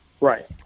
Right